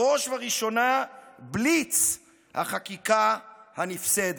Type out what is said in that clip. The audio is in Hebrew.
בראש וראשונה בליץ החקיקה הנפסדת.